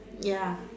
ya